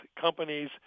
companies